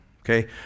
Okay